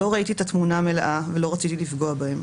לא ראיתי את התמונה המלאה ולא רציתי לפגוע בהם.